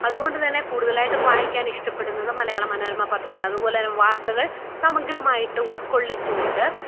അതുകൊണ്ടു തന്നെ കൂടുതലായിട്ടും വായിക്കാനിഷ്ടപ്പെടുന്നത് മലയാള മനോരമ പത്രമാണ് അതുപോലെ വാർത്തകൾ സമഗ്രമായിട്ട് ഉൾക്കൊള്ളിച്ചുകൊണ്ട്